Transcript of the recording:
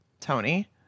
Tony